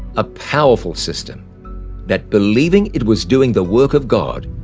a powerful system that, believing it was doing the work of god,